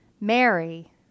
Mary